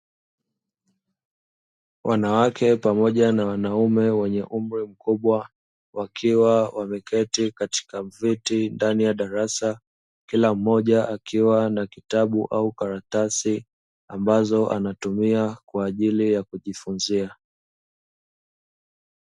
Wanawake pamoja na wanaume wenye umri mkubwa, wakiwa wameketi katika viti ndani ya darasa, kila mmoja akiwa na kitabu au karatasi ambazo anatumia kwa ajili ya kujifunzia.